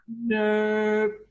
Nope